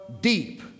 deep